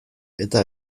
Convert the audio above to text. eta